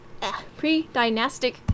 pre-dynastic